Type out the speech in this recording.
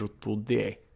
today